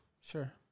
sure